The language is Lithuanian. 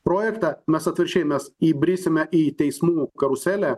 projektą mes atvirkščiai mes įbrisime į teismų karuselę